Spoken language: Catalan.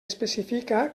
especifica